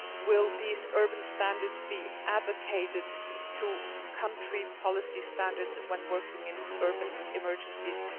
will these urban standards be advocated to country policy standards when working in urban emergencies,